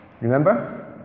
remember